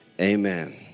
Amen